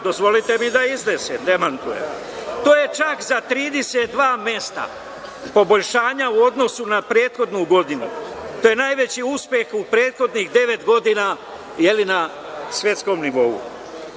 Dozvolite mi da iznesem i demantujem. To je čak za 32 mesta poboljšanja u odnosu na prethodnu godinu. To je najveći uspeh u prethodnih devet godina jedina na svetskom nivou. Da